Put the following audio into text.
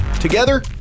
Together